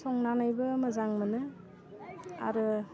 संनानैबो मोजां मोनो आरो